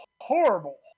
horrible